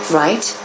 right